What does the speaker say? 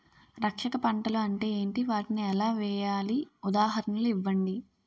రక్షక పంటలు అంటే ఏంటి? వాటిని ఎలా వేయాలి? ఉదాహరణలు ఇవ్వండి?